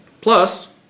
Plus